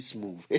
Smooth